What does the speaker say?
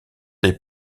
des